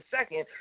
second